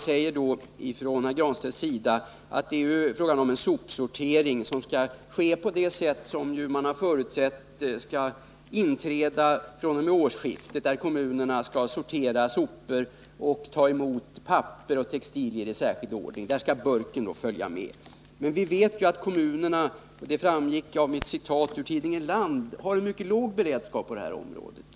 Pär Granstedt säger att det är fråga om en sopsortering enligt det system man sagt skall träda i kraft fr.o.m. årsskiftet, dvs. att kommunerna skall ta emot och sortera sopor, papper och textilier i särskild ordning, och att aluminiumburken skall ingå i den bilden. Men som vi vet och som framgick av mitt citat ur tidningen Land har ju kommunerna en mycket låg beredskap på det här området.